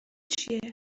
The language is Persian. چیه